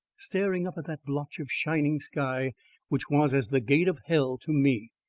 staring up at that blotch of shining sky which was as the gate of hell to me.